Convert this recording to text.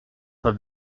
pas